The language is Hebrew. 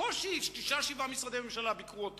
בקושי שישה-שבעה משרדי ממשלה ביקרו אצלה.